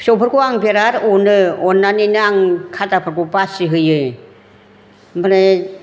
फिसौफोरखौ आं बेराद अनो अननानैनो आं खाजाफोरखौ बासि होयो ओमफ्राय